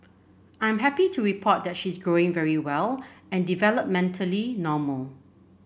I'm happy to report that she's growing very well and developmentally normal